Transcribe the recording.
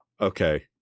okay